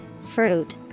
fruit